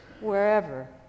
wherever